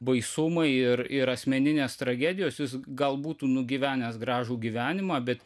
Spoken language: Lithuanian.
baisumai ir ir asmeninės tragedijos jis gal būtų nugyvenęs gražų gyvenimą bet